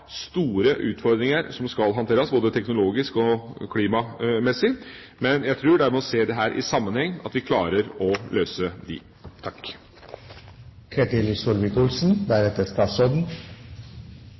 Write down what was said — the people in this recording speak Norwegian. store utfordringer som skal håndteres, både teknologiske og klimamessige, men jeg tror det er ved å se dette i sammenheng at vi klarer å løse